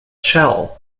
shell